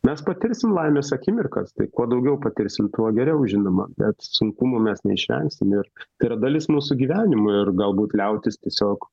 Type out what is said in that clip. mes patirsim laimės akimirkas tai kuo daugiau patirsim tuo geriau žinoma bet sunkumų mes neišvengsim ir tai yra dalis mūsų gyvenimo ir galbūt liautis tiesiog